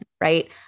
right